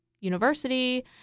University